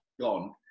gone